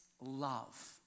love